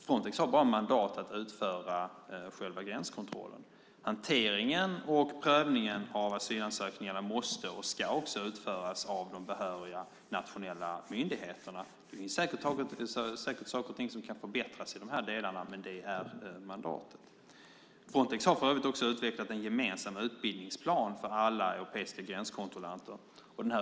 Frontex har endast mandat att utföra själva gränskontrollen. Hanteringen och prövningen av asylansökningarna måste och ska utföras av de behöriga nationella myndigheterna. Det finns säkert saker och ting som kan förbättras i dessa delar, men det är mandatet. Frontex har för övrigt också utvecklat en gemensam utbildningsplan för alla europeiska gränskontrollanter.